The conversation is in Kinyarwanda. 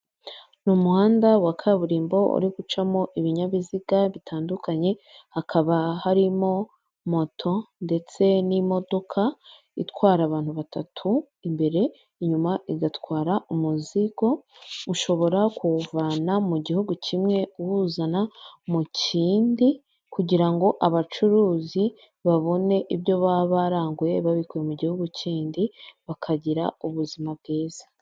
N'umuhanda wa kaburimbo uri gucamo ibinyabiziga bitandukanye hakaba harimo moto ndetse n'imodoka itwara abantu batatu imbere inyuma igatwara umuzingo ushobora kuwuvana mu gihugu kimwe uwuzana mu kindi kugirango abacuruzi babone ibyo baba baranguye babikuye mu gihugu kindi bakagira ubuzima bwiza.